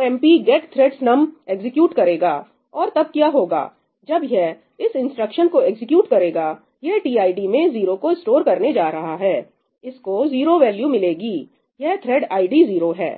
omp get thread num tidomp get thread num execute करेगा और तब क्या होगा जब यह इस इंस्ट्रक्शन को एग्जीक्यूट करेगा यह टीआईडी में 0 को स्टोर करने जा रहा है इसको 0 वैल्यू मिलेगी यह थ्रेड् आईडी 0 है